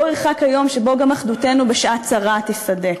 לא ירחק היום שבו גם אחדותנו בשעת צרה תיסדק.